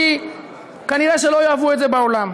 כי כנראה לא יאהבו את זה בעולם.